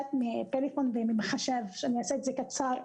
אתנו סגן ראש העיר ראובן לדיאנסקי מעיריית תל אביב?